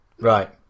right